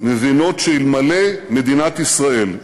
מבינות שאלמלא מדינת ישראל,